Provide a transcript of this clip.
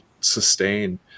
sustain